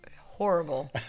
horrible